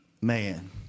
Man